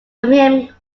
birmingham